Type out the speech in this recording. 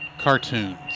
Cartoons